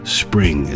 spring